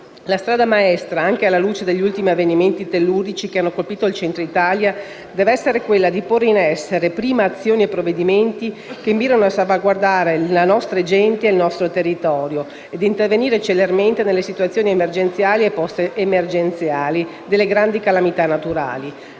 La strada maestra, anche alla luce degli ultimi avvenimenti tellurici che hanno colpito il Centro Italia, deve essere quella di porre in essere prima azioni e provvedimenti che mirino a salvaguardare la nostra gente e il nostro territorio e a intervenire celermente nelle situazioni emergenziali e *post* emergenziali delle grandi calamità naturali.